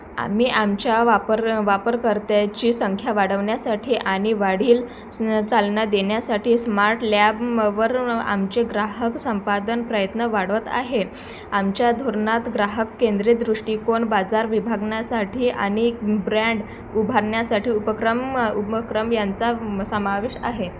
आम्ही आमच्या वापर वापरकर्त्याची संख्या वाढवण्यासाठी आणि वाढीस चालना देण्यासाठी स्मार्ट लॅबवर आमचे ग्राहक संपादन प्रयत्न वाढवत आहे आमच्या धोरणात ग्राहककेंद्री दृष्टिकोन बाजार विभागण्यासाठी आणि ब्रँड उभारण्यासाठी उपक्रम उपक्रम यांचा समावेश आहे